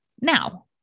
Now